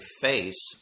face